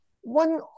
one